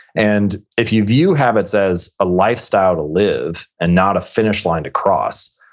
and if you view habits as a lifestyle to live and not a finish line to cross,